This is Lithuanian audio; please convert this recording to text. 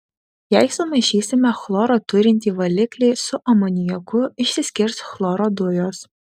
jei sumaišysime chloro turintį valiklį su amoniaku išsiskirs chloro dujos